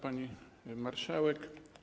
Pani Marszałek!